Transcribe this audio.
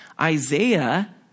Isaiah